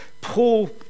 Paul